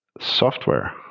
software